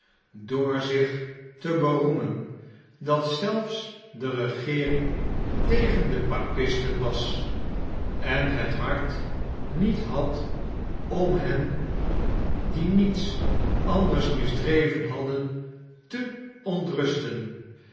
door zich te beroemen dat zelfs de regeering tegen de papisten was en het hart niet had om hen die niets anders misdreven hadden te ontrusten